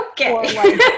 okay